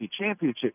championship